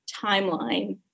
timeline